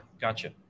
gotcha